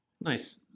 Nice